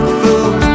fool